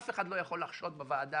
אף אחד לא יכול לחשוד בוועדה,